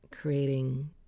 creating